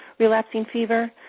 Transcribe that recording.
relapsing fever,